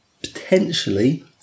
potentially